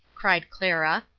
cried clara.